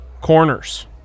Corners